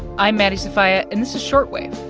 i'm maddie sofia, and this is short wave,